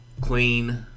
clean